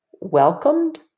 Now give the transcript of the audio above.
welcomed